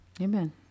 Amen